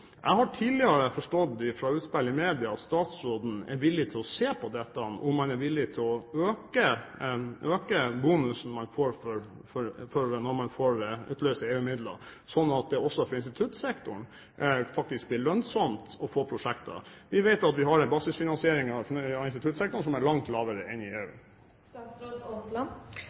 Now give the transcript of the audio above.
Jeg har tidligere forstått fra utspill i media at statsråden er villig til å se på om man er villig til å øke bonusen man får når man får utløst EU-midler, slik at det også for instituttsektoren faktisk blir lønnsomt å få prosjekter. Vi vet at vi har en basisfinansiering av instituttsektoren som er langt lavere enn i